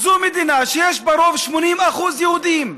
זו מדינה שיש בה רוב, 80% יהודים.